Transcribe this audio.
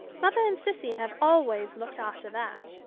mother and cissy have always looked after that.